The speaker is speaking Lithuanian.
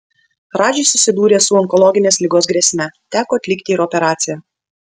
radžis susidūrė su onkologinės ligos grėsme teko atlikti ir operaciją